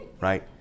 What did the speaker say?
Right